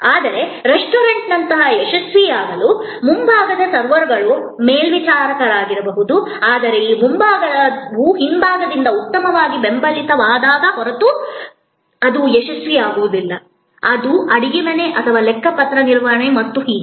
ಆದರೆ ರೆಸ್ಟೋರೆಂಟ್ನಂತೆ ಯಶಸ್ವಿಯಾಗಲು ಮುಂಭಾಗವು ಸರ್ವರ್ಗಳು ಮೇಲ್ವಿಚಾರಕರಾಗಿರಬಹುದು ಆದರೆ ಆ ಮುಂಭಾಗವು ಹಿಂಭಾಗದಿಂದ ಉತ್ತಮವಾಗಿ ಬೆಂಬಲಿತವಾಗದ ಹೊರತು ಅದು ಯಶಸ್ವಿಯಾಗುವುದಿಲ್ಲ ಅದು ಅಡುಗೆಮನೆ ಅಥವಾ ಲೆಕ್ಕಪತ್ರ ನಿರ್ವಹಣೆ ಮತ್ತು ಹೀಗೆ